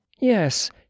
Yes